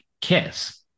kiss